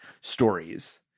stories